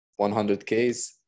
100Ks